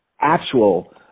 actual